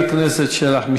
חבר הכנסת שלח,